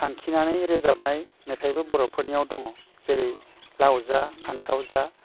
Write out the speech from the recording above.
थांखिनानै रोजाबनाय मेथाइबो बर'फोरनियाव दङ जेरै लाव जा फान्थाव जा